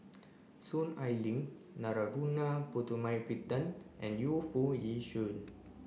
Soon Ai Ling Narana Putumaippittan and Yu Foo Yee Shoon